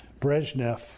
Brezhnev